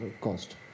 cost